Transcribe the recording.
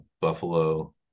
Buffalo